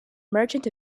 merchant